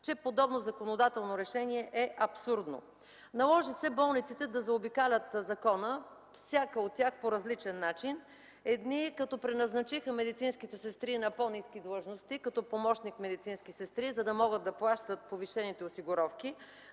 че подобно законодателно решение е абсурдно. Наложи се болниците да заобикалят закона, всяка от тях – по различен начин. Едни – като преназначиха медицинските сестри на по-ниски длъжности, като помощник медицински сестри, за да могат да плащат повишените осигуровки.